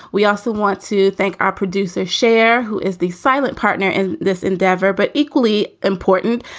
we also want to thank our producer, cher, who is the silent partner in this endeavor. but equally important,